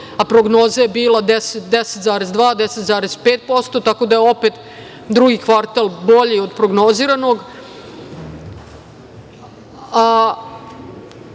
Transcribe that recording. a prognoza je bila 10,2% – 10,5%, tako da je opet drugi kvartal bolji od prognoziranog.